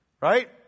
Right